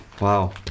Wow